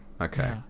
Okay